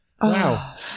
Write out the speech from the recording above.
Wow